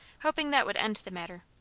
hoping that would end the matter.